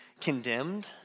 condemned